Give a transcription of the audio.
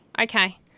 Okay